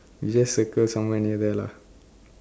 you just circle somewhere near there lah